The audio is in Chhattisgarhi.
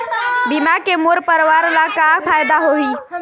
बीमा के मोर परवार ला का फायदा होही?